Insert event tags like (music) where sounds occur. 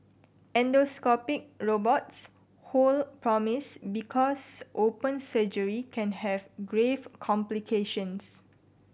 endoscopic robots (unintelligible) promise because open surgery can have grave complications